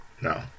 no